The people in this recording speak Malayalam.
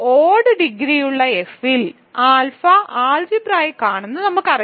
ഓഡ് ഡിഗ്രിയുള്ള F ൽ ആൽഫ അൾജിബ്രായിക്ക് ആണെന്ന് നമുക്കറിയാം